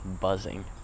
buzzing